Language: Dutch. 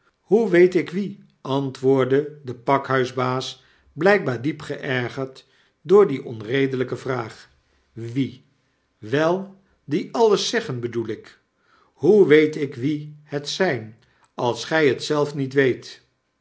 hoe weet ik wie antwoordde de pakhuisbaas blpbaar diep geergerd door die onredelijke vraag wie wel die alles zeggen bedoel ik hoe weet ik wie het zp als gy het zelf niet weet